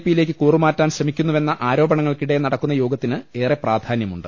പിയിലേക്ക് കൂറുമാറ്റാൻ ശ്രമിക്കുന്നുവെന്ന ആരോപണങ്ങൾക്കിടെ നടക്കുന്ന യോഗത്തിന് ഏറെ പ്രാധാന്യമുണ്ട്